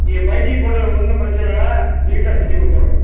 நீங்கள் five G போட்டுக்கோங்க ஒன்றும் பிரச்சனை இல்லை நீட்டாக செஞ்சு கொடுத்துர்றோங்க